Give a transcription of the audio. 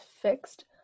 fixed